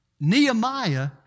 Nehemiah